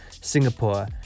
Singapore